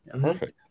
perfect